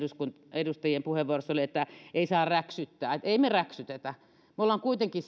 edustajien puheenvuoroissa oli että ei saa räksyttää emme me räksytä me olemme kuitenkin